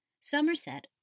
Somerset